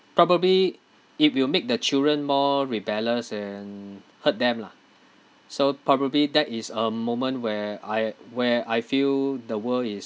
probably it will make the children more rebellious and hurt them lah so probably that is a moment where I where I feel the world is